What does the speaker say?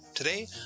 Today